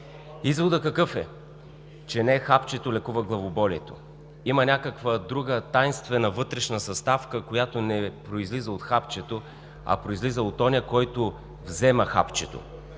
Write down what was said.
изводът? Че не хапчето лекува главоболието. Има някаква друга тайнствена вътрешна съставка, която не произлиза от хапчето, а произлиза от онзи, който взема хапчето.